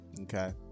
Okay